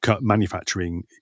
manufacturing